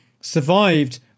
survived